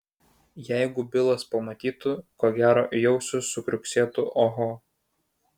jeigu bilas pamatytų ko gero į ausį sukriuksėtų oho